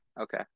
Okay